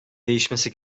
değişmesi